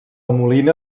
molina